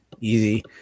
easy